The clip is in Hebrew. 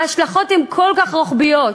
ההשלכות הן רוחביות,